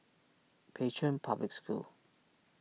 Pei Chun Public School